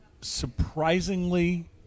surprisingly